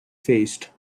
faced